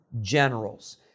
generals